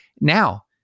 Now